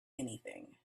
anything